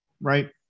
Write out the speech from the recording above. Right